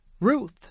Ruth